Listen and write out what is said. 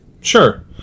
Sure